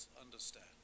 understand